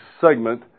segment